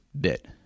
bit